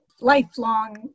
lifelong